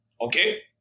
Okay